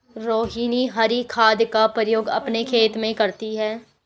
रोहिनी हरी खाद का प्रयोग अपने खेत में करती है